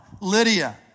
Lydia